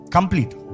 Complete